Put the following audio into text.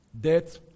Death